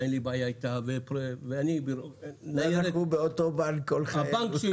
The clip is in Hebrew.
אין לי בעיה איתה --- ואנחנו באותו בנק כל חיינו,